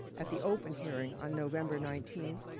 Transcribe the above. at the open hearing on november nineteen,